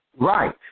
Right